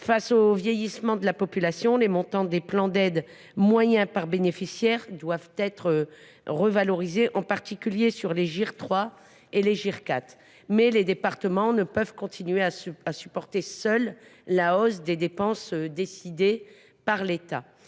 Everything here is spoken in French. face au vieillissement de la population, les montants moyens des aides par bénéficiaire doivent être revalorisés, en particulier pour les GIR 3 et 4. Les départements ne peuvent continuer à supporter seuls la hausse des dépenses décidées par l’État